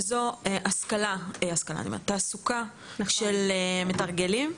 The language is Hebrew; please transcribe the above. וזו תעסוקה של מתרגלים.